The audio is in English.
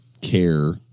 care